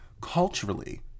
culturally